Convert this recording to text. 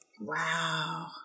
wow